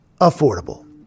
affordable